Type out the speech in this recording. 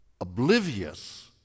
oblivious